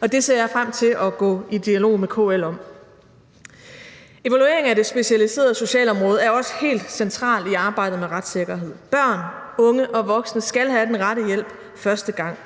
og det ser jeg frem til at gå i dialog med KL om. Evalueringen af det specialiserede socialområde er også helt centralt i arbejdet med retssikkerhed. Børn, unge og voksne skal have den rette hjælp første gang.